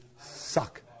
suck